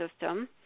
system